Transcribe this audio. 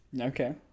Okay